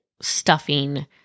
stuffing